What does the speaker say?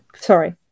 sorry